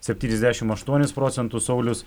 septyniasdešimt aštuonis procentus saulius